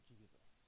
Jesus